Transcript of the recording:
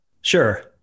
Sure